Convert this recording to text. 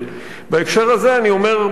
בהקשר הזה, אני אומר בצער: